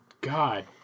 God